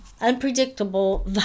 unpredictable